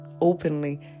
openly